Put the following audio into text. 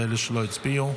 אלה שלא הצביעו.